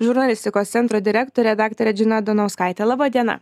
žurnalistikos centro direktore daktare džina donauskaite laba diena